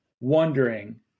wondering